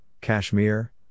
Kashmir